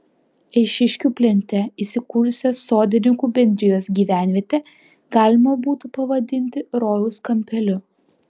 eišiškių plente įsikūrusią sodininkų bendrijos gyvenvietę galima būtų pavadinti rojaus kampeliu